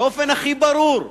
באופן הכי ברור: